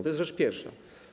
To jest rzecz pierwsza.